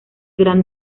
gran